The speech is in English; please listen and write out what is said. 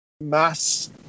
mass